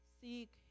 Seek